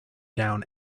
down